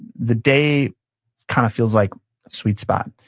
the day kind of feels like a sweet spot.